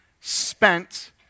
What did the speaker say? spent